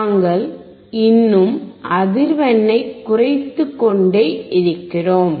நாங்கள் இன்னும் அதிர்வெண்ணைக் குறைத்துக்கொண்டே இருக்கிறோம்